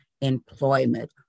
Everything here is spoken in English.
employment